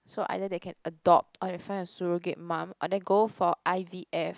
so either they can adopt or they find a surrogate mum and then go for i_v_f